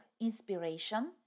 inspiration